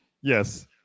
Yes